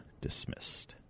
dismissed